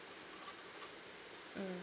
mm